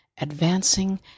advancing